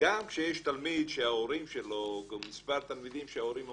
גם כשיש תלמיד או מספר תלמידים שההורים אומרים,